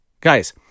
guys